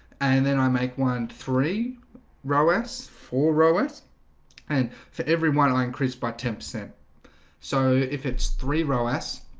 and then i make one three row s for rowers and for everyone i'll increase by ten percent so if it's three row s